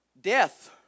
death